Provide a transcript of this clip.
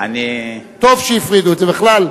בכלל,